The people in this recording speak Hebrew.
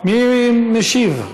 מי משיב?